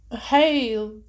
hey